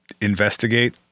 investigate